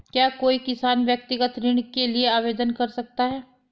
क्या कोई किसान व्यक्तिगत ऋण के लिए आवेदन कर सकता है?